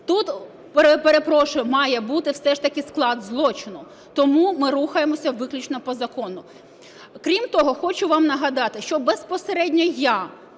Тут, перепрошую, має бути все ж таки склад злочину, тому ми рухаємося виключно по закону. Крім того, хочу вам нагадати, що безпосередньо я